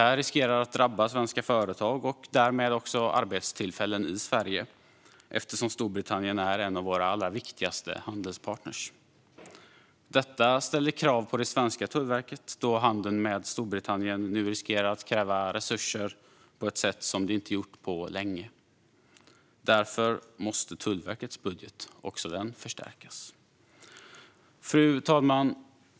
Det riskerar att drabba svenska företag och därmed också arbetstillfällen i Sverige, eftersom Storbritannien är en av våra allra viktigaste handelspartner. Detta ställer krav på det svenska Tullverket, då handeln med Storbritannien nu riskerar att kräva resurser på ett sätt som inte gjorts på länge. Också därför måste Tullverkets budget förstärkas. Fru talman!